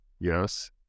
yes